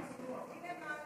מכובדי השר,